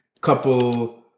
couple